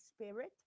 spirit